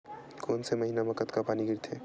कोन से महीना म कतका पानी गिरथे?